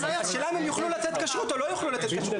זה --- אז השאלה האם הם יוכלו לתת כשרות או לא יוכלו לתת כשרות.